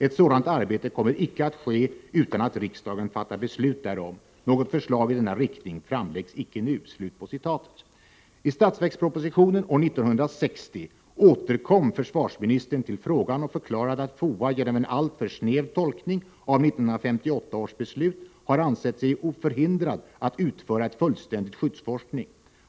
Ett sådant arbete kommer icke att ske utan att riksdagen fattar beslut därom. Något förslag i denna riktning framlägges icke nu.” Istatsverkspropositionen år 1960 återkom försvarsministern till frågan och förklarade att FOA genom en alltför snäv tolkning av 1958 års beslut har ansett sig förhindrad att utföra en fullständig skyddsforskning.